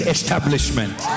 Establishment